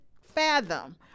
fathom